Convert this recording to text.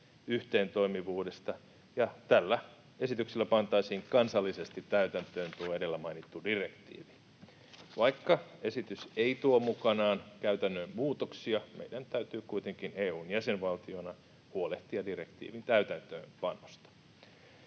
yhteentoimivuudesta, ja tällä esityksellä pantaisiin kansallisesti täytäntöön tuo edellä mainittu direktiivi. Vaikka esitys ei tuo mukanaan käytännön muutoksia, meidän täytyy kuitenkin EU:n jäsenvaltiona huolehtia direktiivin täytäntöönpanosta.